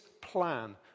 plan